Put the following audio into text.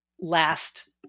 last